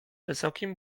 wysokim